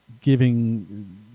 giving